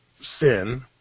sin